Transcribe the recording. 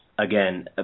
Again